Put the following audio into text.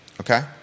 Okay